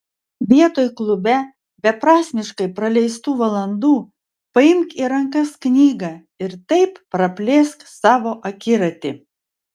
vietoj klube beprasmiškai praleistų valandų paimk į rankas knygą ir taip praplėsk savo akiratį